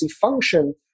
function